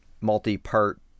multi-part